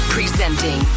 Presenting